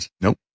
Nope